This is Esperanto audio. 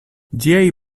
ĝiaj